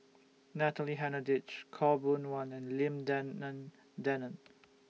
Natalie Hennedige Khaw Boon Wan and Lim Denan Denon